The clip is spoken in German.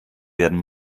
werden